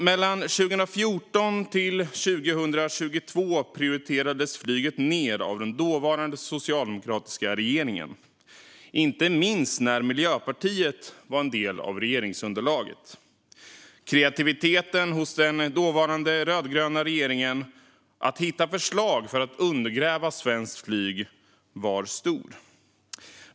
Mellan 2014 och 2022 prioriterades flyget ned av den dåvarande socialdemokratiska regeringen, inte minst när Miljöpartiet var en del av regeringsunderlaget. Kreativiteten hos den dåvarande rödgröna regeringen när det gäller att hitta förslag för att undergräva svenskt flyg var stor.